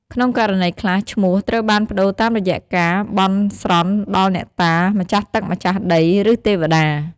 ក្នុងករណីខ្លះ ឈ្មោះត្រូវបានប្ដូរតាមរយៈការ បន់ស្រន់ដល់អ្នកតា ម្ចាស់ទឹកម្ចាស់ដី ឬទេវតា។